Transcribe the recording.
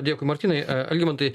dėkui martynai algimantai